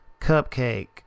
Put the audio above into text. Cupcake